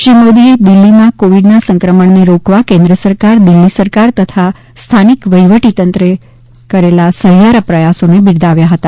શ્રી મોદીએ દિલ્હીમાં કોવિડના સંક્રમણને રોકવા કેન્દ્ર સરકાર દિલ્હી સરકાર તથા સ્થાનિક વહિવટીતંત્રે કરેલા સહિયારા પ્રયાસોને બિરદાવ્યા હતા